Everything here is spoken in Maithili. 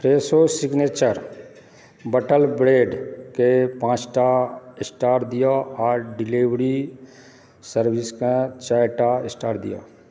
फ्रेशो सिग्नेचर कटल ब्रेड केँ पाँचटा स्टार दियौ आ डिलीवरी सर्विस केँ चारिटा स्टार दियौ